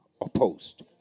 opposed